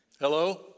Hello